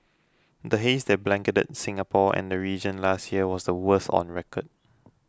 the haze that blanketed Singapore and the region last year was the worst on record